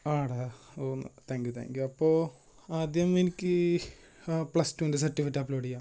ആ ടാ ഓ ന്ന് താങ്ക് യൂ താങ്ക് യൂ അപ്പോൾ ആദ്യം എനിക്ക് പ്ലസ് ടുൻ്റെ സർട്ടിഫിക്കറ്റ് അപ്ലോഡ് ചെയ്യാം